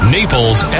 Naples